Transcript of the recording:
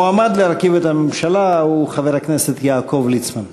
המועמד להרכיב את הממשלה הוא חבר הכנסת יעקב ליצמן.